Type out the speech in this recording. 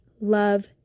Love